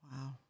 Wow